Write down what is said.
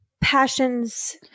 passions